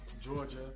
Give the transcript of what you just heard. Georgia